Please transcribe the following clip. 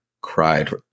cried